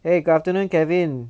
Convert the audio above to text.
eh good afternoon kevin